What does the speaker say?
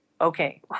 okay